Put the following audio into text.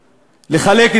לאיפה?